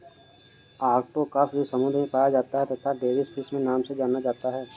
octopus भी समुद्र में पाया जाता है तथा डेविस फिश के नाम से जाना जाता है